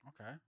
Okay